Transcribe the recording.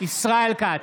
יריב לוין,